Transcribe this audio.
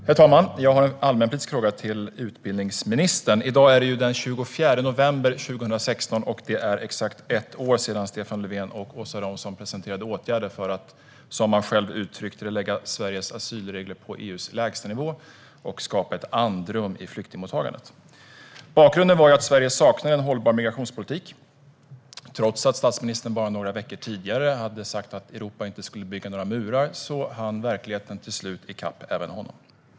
Herr talman! Jag har en allmänpolitisk fråga till utbildningsministern. I dag är det den 24 november 2016. Det är exakt ett år sedan Stefan Löfven och Åsa Romson presenterade åtgärder för att, som man själv uttryckte det, lägga Sveriges asylregler på EU:s lägstanivå och skapa ett andrum i flyktingmottagandet. Bakgrunden var att Sverige saknade en hållbar migrationspolitik. Trots att statsministern bara några veckor tidigare hade sagt att Europa inte skulle bygga några murar hann verkligheten till slut i kapp även honom.